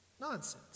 nonsense